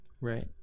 Right